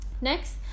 next